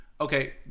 okay